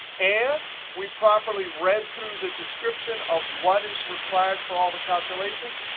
and we properly read through the description of what is required for all the calculations.